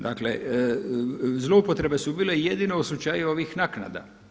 Dakle, zloupotrebe su bile jedine u slučaju ovih naknada.